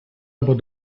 about